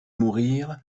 mourir